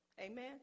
Amen